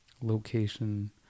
location